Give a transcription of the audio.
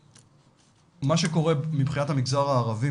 מה שקורה מבחינת המגזר הערבי,